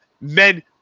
men